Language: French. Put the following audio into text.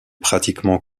pratiquement